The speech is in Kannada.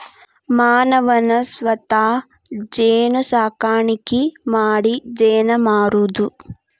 ಮಾನವನ ಸ್ವತಾ ಜೇನು ಸಾಕಾಣಿಕಿ ಮಾಡಿ ಜೇನ ಮಾರುದು